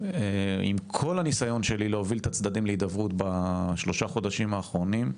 עם כל הניסיון שלי להוביל את הצדדים להידברות בשלושת החודשים האחרונים,